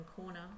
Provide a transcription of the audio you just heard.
corner